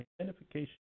identification